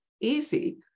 easy